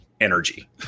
energy